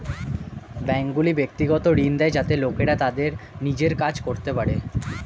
ব্যাঙ্কগুলি ব্যক্তিগত ঋণ দেয় যাতে লোকেরা তাদের নিজের কাজ করতে পারে